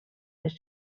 les